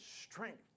strength